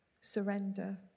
Surrender